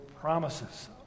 promises